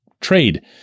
trade